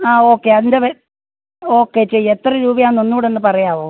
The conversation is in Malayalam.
ആ ഓക്കെ അതിൻ്റെ ഓക്കെ ചെയ്യാം എത്ര രൂപയാണ് ഒന്നൂടെ ഒന്ന് പറയാമോ